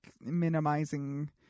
minimizing